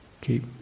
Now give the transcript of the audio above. keep